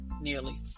nearly